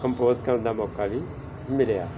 compose ਕਰਨ ਦਾ ਮੌਕਾ ਵੀ ਮਿਲਿਆ